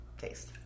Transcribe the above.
taste